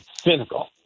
cynical